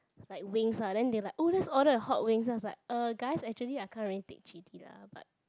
like wings lah then they like oh let's order a hot wings then I was like uh guys actually I can't really take chilli lah but